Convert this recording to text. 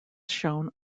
shown